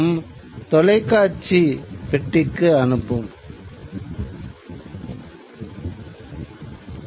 எனவே பம்பாய் டெல்லி கல்கத்தா என தனித்தனி ஒலிபரப்பு நிலையங்கள் இருந்தன